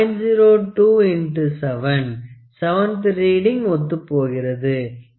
02 X 7 7 த்து reading ஒத்துப் போகிறது அது 41